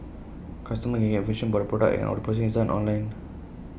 customers can get information about the product and all the processing is online